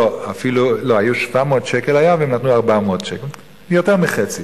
לא, היה 700 שקלים והם נתנו 400 שקלים, יותר מחצי.